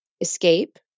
escape